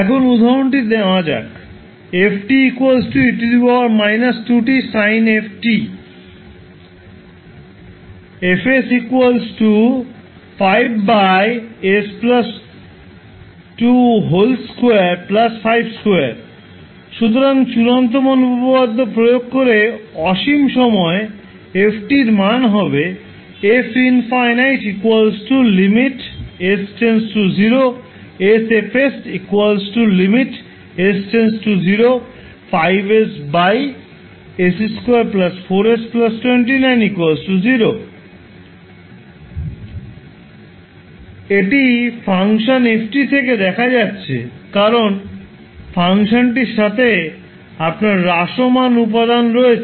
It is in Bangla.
এখন উদাহরণটি নেওয়া যাক সুতরাং চূড়ান্ত মান উপপাদ্য প্রয়োগ করে অসীম সময়ে f এর মান হবে f∞s0sFs05ss24s290 এটি ফাংশন f থেকে দেখা যাচ্ছে কারণ ফাংশনটির সাথে হ্রাসমান উপাদান রয়েছে